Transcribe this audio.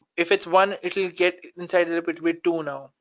if it's one, it'll get inside it but with two now,